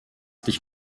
dich